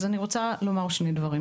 אני רוצה לומר על זה שני דברים.